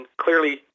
clearly